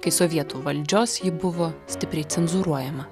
kai sovietų valdžios ji buvo stipriai cenzūruojama